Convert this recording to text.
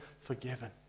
forgiven